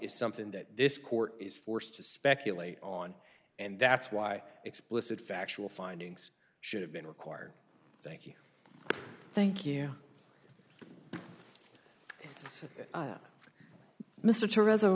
is something that this court is forced to speculate on and that's why explicit factual findings should have been required thank you thank you it's mr to